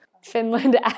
Finland